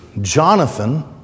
Jonathan